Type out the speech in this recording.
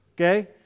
Okay